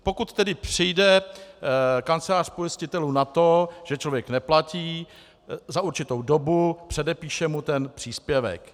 Pokud tedy přijde kancelář pojistitelů na to, že člověk neplatí za určitou dobu, předepíše mu příspěvek.